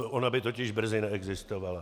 Ona by totiž brzy neexistovala.